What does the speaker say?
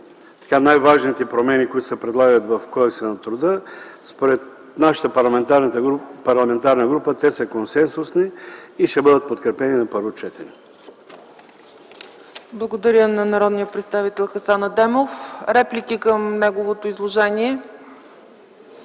са най-важните промени, които се предлагат в Кодекса на труда. Според нашата парламентарна група те са консенсусни и ще бъдат подкрепени на първо четене.